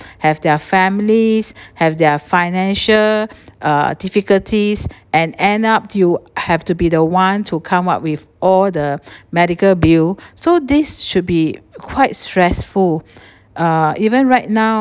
have their families have their financial uh difficulties and end up you have to be the one to come up with all the medical bill so this should be quite stressful uh even right now